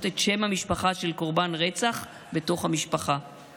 את שם המשפחה של קורבן רצח בתוך המשפחה